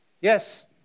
Yes